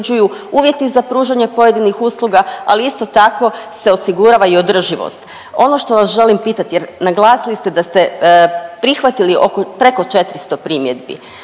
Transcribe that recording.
uvjeti za pružanje pojedinih usluga, ali isto tako se osigurava i održivost. Ono što vas želim pitati, jer naglasili ste da ste prihvatili preko 400 primjedbi.